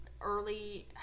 early